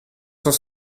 cent